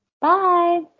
bye